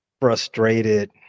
frustrated